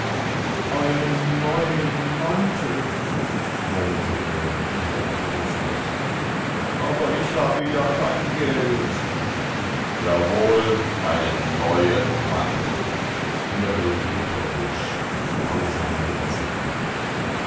einen neuen mantel murmelte er wie halb bewußtlos aber ich habe ja kein geld jawohl einen neuen mantel wiederholte petrowitsch mit grausamer gelassenheit